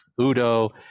Udo